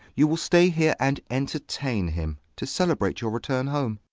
you will stay here and entertain him to celebrate your return home.